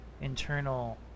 internal